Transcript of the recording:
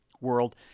world